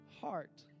heart